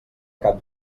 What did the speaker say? cap